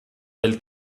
del